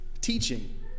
teaching